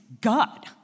God